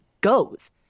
goes